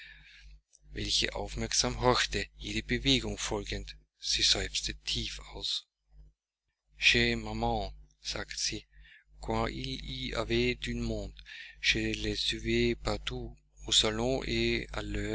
welche aufmerksam horchte jeder bewegung folgend sie seufzte tief auf chez maman sagte sie